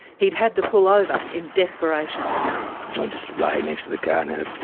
he'd had to pull over, in desperation. i just laid next to the car and had a,